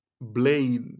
blade